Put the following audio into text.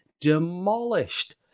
demolished